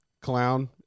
clown